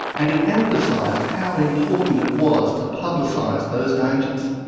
and it emphasised how important it was to publicise those dangers.